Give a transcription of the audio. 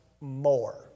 more